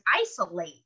isolate